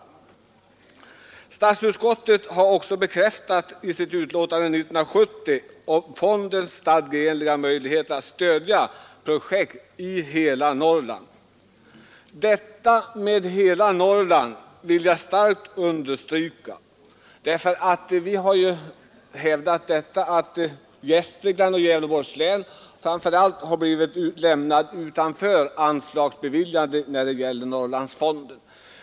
Statsutskottet bekräftade i sitt utlåtande år 1970 fondens stadgeenliga möjlighet att stödja projekt i hela Norrland. Detta vill jag starkt understryka. Vi har hävdat att framför allt Gästrikland och Gävleborgs län har lämnats utan stöd från Norrlandsfonden.